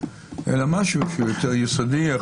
אלא משהו שהוא יותר יסודי.